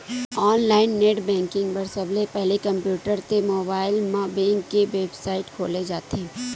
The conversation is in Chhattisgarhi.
ऑनलाईन नेट बेंकिंग बर सबले पहिली कम्प्यूटर ते मोबाईल म बेंक के बेबसाइट खोले जाथे